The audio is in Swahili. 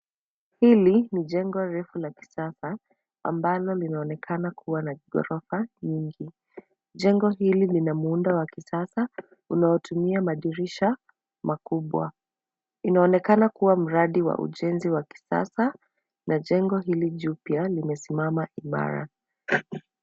Hili ni jengo refu la kisasa, ambalo linaonekana kuwa na ghorofa nyingi, jengo hili lina kuwa na muundo wa kisasa, unaotumia madirisha makubwa. Inaonekana kuwa mradi wa ujenzi wa kisasa na jengo hili juu pia, limesimama imara.